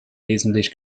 wesentlich